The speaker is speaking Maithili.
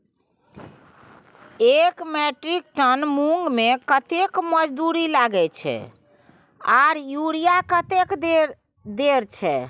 एक मेट्रिक टन मूंग में कतेक मजदूरी लागे छै आर यूरिया कतेक देर छै?